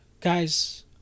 Guys